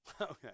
Okay